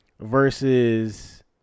versus